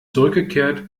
zurückgekehrt